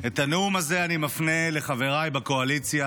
את הנאום הזה אני מפנה לחבריי בקואליציה,